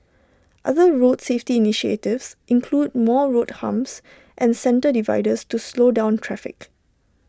other road safety initiatives include more road humps and centre dividers to slow down traffic